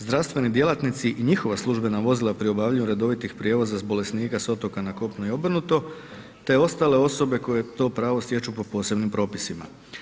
Zdravstveni djelatnici i njihova službena vozila pri obavljanju redovitih prijevoza bolesnika s otoka na kopno i obrnuto te ostale osobe koje to pravo stječu po posebnim propisima.